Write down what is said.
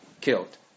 killed